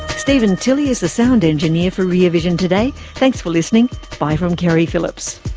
stephen tilley is the sound engineer for rear vision today. thanks for listening. bye from keri phillips